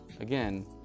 again